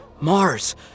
Mars